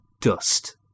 dust